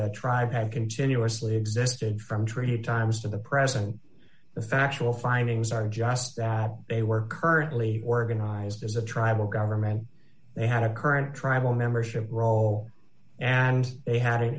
and continuously existed from treaty times to the present the factual findings are just that they were currently organized as a tribal government they had a current tribal membership role and they had an